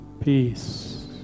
Peace